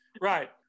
Right